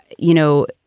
you know?